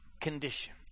condition